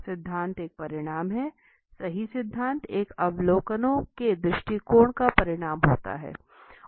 सिद्धांत एक परिणाम है सही सिद्धांत एक अवलोकनों के दृष्टिकोण का परिणाम होता है